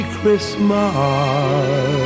Christmas